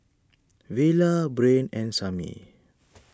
Villa Brain and Samie